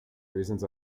reasons